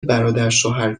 برادرشوهر